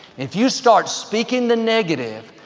if you start speaking the negative,